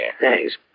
Thanks